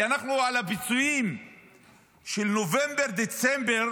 כי אנחנו, הפיצויים של נובמבר-דצמבר